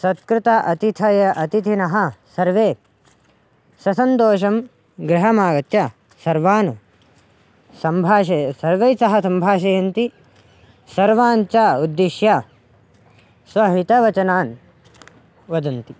सकृत् अतिथयः अतिथिनः सर्वे ससन्तोषं गृहमागत्य सर्वान् सम्भाषय सर्वैस्सह सम्भाषयन्ति सर्वाञ्च उद्दिश्य स्वहितवचनान् वदन्ति